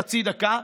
חצי דקה,